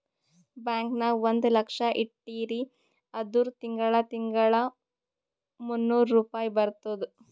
bank ನಾಗ್ ಒಂದ್ ಲಕ್ಷ ಇಟ್ಟಿರಿ ಅಂದುರ್ ತಿಂಗಳಾ ತಿಂಗಳಾ ಮೂನ್ನೂರ್ ರುಪಾಯಿ ಬರ್ತುದ್